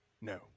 No